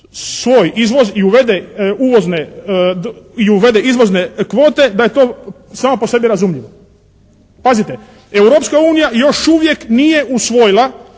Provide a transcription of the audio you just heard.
svoj izvoz i uvede uvozne, izvozne kvote da je to samo po sebi razumljivo. Pazite, Europska unija još uvijek nije usvojila